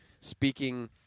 speaking